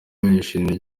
yashimiye